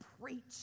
preach